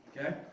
okay